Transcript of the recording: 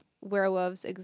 werewolves